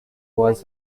was